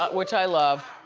which i love.